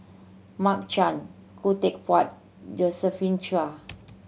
Mark Chan Khoo Teck Puat Josephine Chia